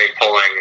pulling